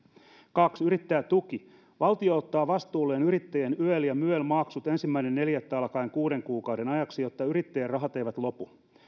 kaksi yrittäjätuki valtio ottaa vastuulleen yrittäjän yel ja myel maksut ensimmäinen neljättä alkaen kuuden kuukauden ajaksi jotta yrittäjän rahat eivät lopu